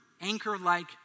anchor-like